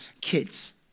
kids